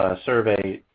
ah survey,